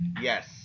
yes